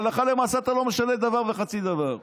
הלכה למעשה אתה לא משנה דבר וחצי דבר.